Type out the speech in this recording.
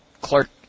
Clark